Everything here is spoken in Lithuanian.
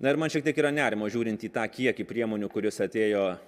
na ir man šiek tiek yra nerimo žiūrint į tą kiekį priemonių kuris atėjo